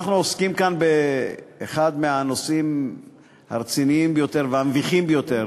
אנחנו עוסקים כאן באחד מהנושאים הרציניים ביותר והמביכים ביותר